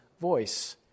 voice